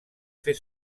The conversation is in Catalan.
fer